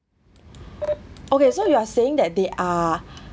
okay so you are saying that they are